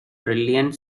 brilliant